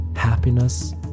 happiness